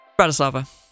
Bratislava